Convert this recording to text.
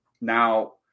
Now